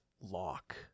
lock